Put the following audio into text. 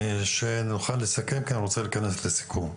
כי אני רוצה להתכנס לסיכום.